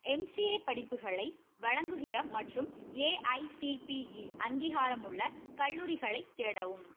MCA படிப்புகளை வழங்குகிற மற்றும் ஏஐசிடிஇ அங்கீகாரமுள்ள கல்லூரிகளைத் தேடவும்